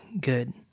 good